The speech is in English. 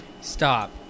Stop